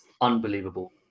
unbelievable